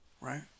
right